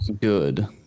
Good